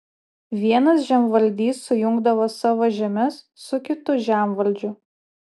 vienas žemvaldys sujungdavo savo žemes su kitu žemvaldžiu